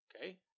Okay